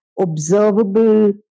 observable